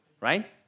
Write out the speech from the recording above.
right